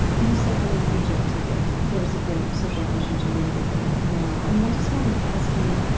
you said that in egypt today, there's a great social pressure to wear the veil now. i mean, i just wanted to ask you,